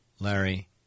Larry